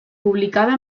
publicada